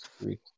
three